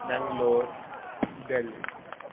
Bangalore Delhi